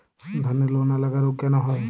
ধানের লোনা লাগা রোগ কেন হয়?